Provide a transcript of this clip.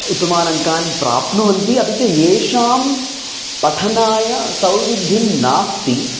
उत्तमान् अङ्कान् प्राप्नुवन्ति अपि च येषां पठनाय सौविध्यं नास्ति